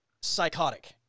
psychotic